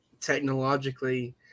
technologically